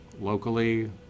locally